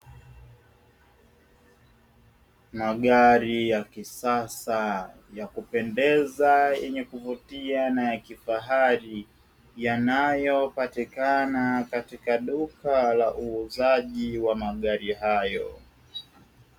Magari ya kisasa ya kupendeza yenye kuvutia yanayopatikana katika duka la uuzaji wa magari hayo.